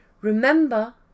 Remember